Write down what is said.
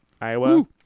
Iowa